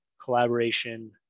collaboration